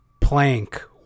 plank